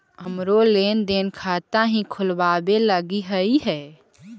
हमरो लेन देन खाता हीं खोलबाबे लागी हई है